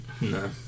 No